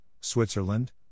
Switzerland